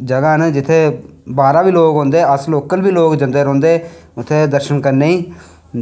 जगहां न जित्थें बाहरा लोग बी औंदे ते अस लोग बिलकुल बी लोग जंदे रौहंदे उत्थें दर्शन करने ई